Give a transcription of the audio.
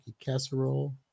casserole